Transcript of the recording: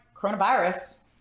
coronavirus